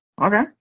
Okay